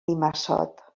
benimassot